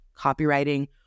copywriting